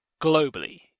globally